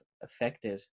affected